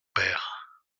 pères